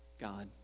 God